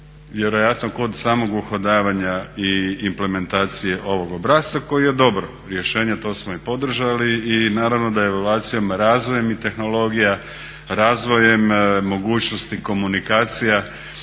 vjerojatno kod samog uhodavanja i implementacije ovog obrasca koji je dobro rješenje. To smo i podržali. I naravno da je evaluacijom, razvojem i tehnologija, razvojem mogućnosti komunikacija,